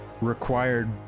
required